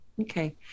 Okay